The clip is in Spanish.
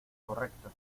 correcto